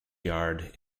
yard